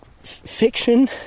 fiction